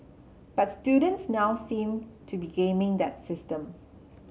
but students now seem to be gaming that system